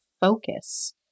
focus